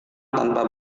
tanpa